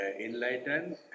enlightened